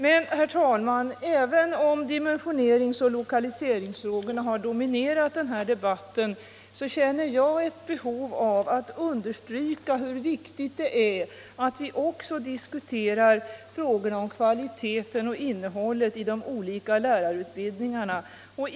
Men, herr talman, även om dimensioneringsoch lokaliseringsfrågorna har dominerat den här debatten känner jag ett behov av att understryka hur viktigt det är att vi också diskuterar kvaliteten och innehållet i de olika lärarutbildningarna.